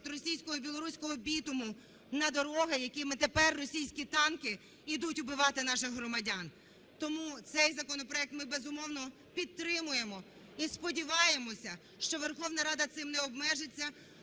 російського і білоруського бітуму на дороги, якими тепер російські танки йдуть убивати наших громадян. Тому цей законопроект ми, безумовно, підтримуємо і сподіваємося, що Верховна Рада цим не обмежиться,